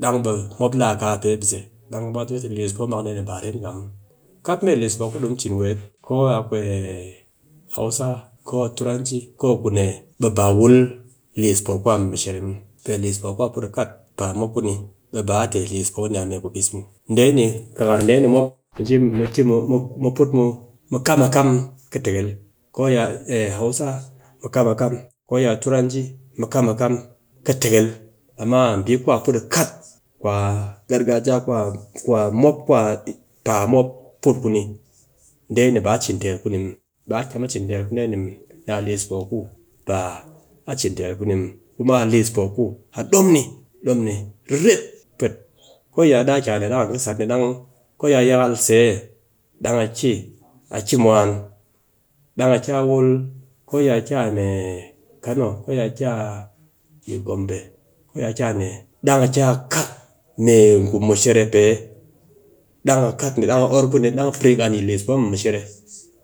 Dang ɓe mop laa a pe bise, dang be kɨ ba dɨ tɨ ba liis poo mak ni ba ret ngha muw. Kap mee liis poo ku di cin dee, ko a hausa, ko a turanci, ko a ku ne ɓe ba wul kwa liis poo ku a mɨ mushere muw, pe liis poo ku a put a kat paa mop ku ni ba a tɨ a liis poo ku a mee ku bis muw, dee ni, kakar dee ni mop, mu put mu kam a kam kɨ tekel, ko ya hausa mu kam a kam, ko ya turanci mu kam a kam, amma bii ku a put a kat ku a gargajiya ku a, ku a mop ku a paa mop put put ku ni ba in tel ku ni muw. ba a kyam a cin tel ku dee ni muw, ni a liis poo ku ba a cin tel ku muw, kuma liis poo ku a dom ni, a dom ni riret pwet, ko yi daa ki a ne dang an kɨ sat ni dang ko ya yakal se dang a ki mwan, dang a ki a wul, ko yi a ki a mee kano, ko yi a ki a yi gombe, ko ya ki a ne, dang a ki a kat mee ngu mushere pe, dang a kat ni, dang a or ku ni, dang pring an yi liis poo mɨ mishere